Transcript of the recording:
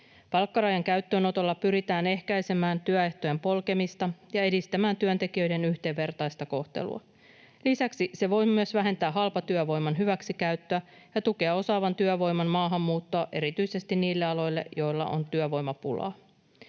Palkkarajan käyttöönotolla pyritään ehkäisemään työehtojen polkemista ja edistämään työntekijöiden yhdenvertaista kohtelua. Lisäksi se voi myös vähentää halpatyövoiman hyväksikäyttöä ja tukea osaavan työvoiman maahanmuuttoa erityisesti niille aloille, joilla on työvoimapulaa.